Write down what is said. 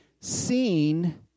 seen